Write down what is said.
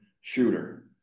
shooter